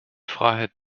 freiheit